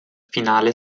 finale